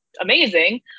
amazing